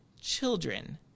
children